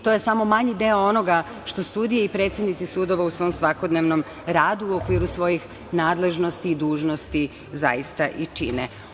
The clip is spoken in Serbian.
To je samo manji deo onoga što sudije i predsednici sudova u svom svakodnevnom radu u okviru svoji nadležnosti i dužnosti zaista i čine.